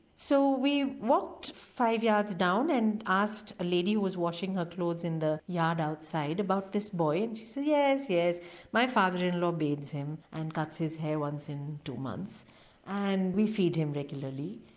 so we walked five yards down and asked a lady who was washing her clothes in the yard outside about this boy and she said yes, my father in law bathes him and cuts his hair once in two months and we feed him regularly.